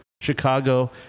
Chicago